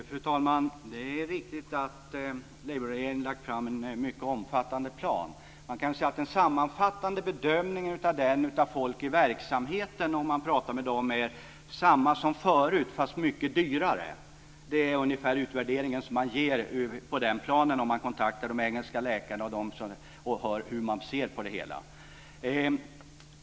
Fru talman! Det är riktigt att Labourregeringen har lagt fram en mycket omfattande plan. Man kan väl säga att den sammanfattande bedömningen av den om man pratar med folk i verksamheten är: Samma som förut, men mycket dyrare. Det är ungefär den utvärdering som ges av den planen om man kontaktar de engelska läkarna och hör hur de ser på det hela.